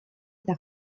eta